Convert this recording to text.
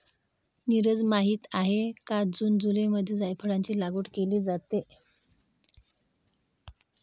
नीरज माहित आहे का जून जुलैमध्ये जायफळाची लागवड केली जाते